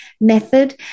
method